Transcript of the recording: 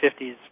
1950s